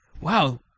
Wow